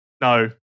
No